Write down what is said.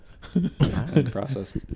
Processed